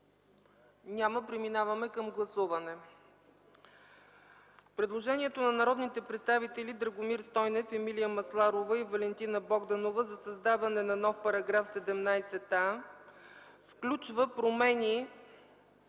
Няма. Преминаваме към гласуване. Предложението на народните представители Драгомир Стойнев, Емилия Масларова и Валентина Богданова за създаване на нов § 17а включва промени